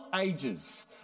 ages